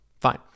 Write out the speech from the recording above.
fine